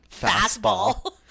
Fastball